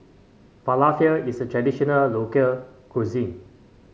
falafel is a traditional local cuisine